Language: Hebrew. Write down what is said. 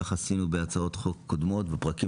כך עשינו בהצעות חוק קודמות ופרקים